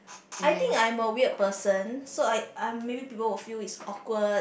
I think I'm a weird person so I I maybe people feel is awkward